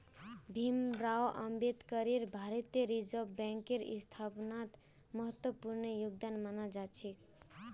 भीमराव अम्बेडकरेर भारतीय रिजर्ब बैंकेर स्थापनात महत्वपूर्ण योगदान माना जा छे